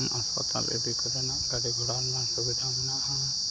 ᱦᱟᱥᱯᱟᱛᱟᱞ ᱤᱫᱤ ᱠᱚᱨᱮᱱᱟᱜ ᱜᱟᱹᱰᱤ ᱜᱷᱚᱲᱟ ᱨᱮᱱᱟᱝ ᱥᱩᱵᱤᱫᱷᱟ ᱢᱮᱱᱟᱜᱼᱟ